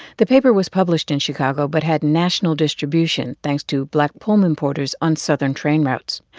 the paper was published in chicago but had national distribution, thanks to black pullman porters on southern train routes.